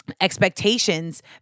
expectations